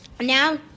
Now